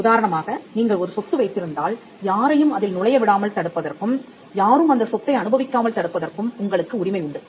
உதாரணமாக நீங்கள் ஒரு சொத்து வைத்திருந்தால் யாரையும் அதில் நுழைய விடாமல் தடுப்பதற்கும்யாரும் அந்த சொத்தை அனுபவிக்காமல் தடுப்பதற்கும் உங்களுக்கு உரிமை உண்டு